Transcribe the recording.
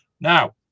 Now